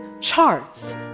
charts